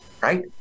right